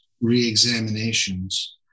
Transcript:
re-examinations